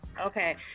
Okay